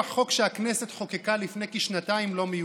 חוק שהכנסת חוקקה לפני כשנתיים לא מיושם.